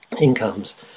incomes